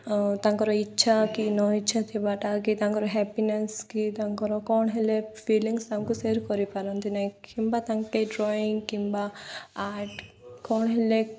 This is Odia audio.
ଆ ତାଙ୍କର ଇଚ୍ଛା କି ନ ଇଚ୍ଛା ଥିବାଟାକି ତାଙ୍କର ହାପିନେସ୍ କି ତାଙ୍କର କ'ଣ ହେଲେ ଫିଲିଙ୍ଗସ୍ ତାଙ୍କୁ ସେୟାର୍ କରିପାରନ୍ତି ନାହିଁ କିମ୍ବା ତାଙ୍କେ ଡ୍ରଇଂ କିମ୍ବା ଆର୍ଟ କ'ଣ ହେଲେ